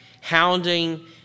Hounding